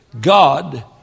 God